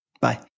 Bye